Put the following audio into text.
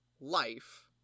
life